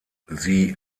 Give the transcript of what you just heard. sie